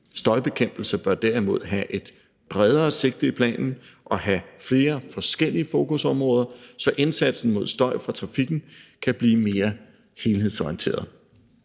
støjbekæmpelse bør derimod have et bredere sigte i planen og have flere forskellige fokusområder, så indsatsen mod støj fra trafikken kan blive mere helhedsorienteret.